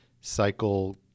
cycle